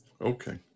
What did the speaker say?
Okay